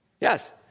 Yes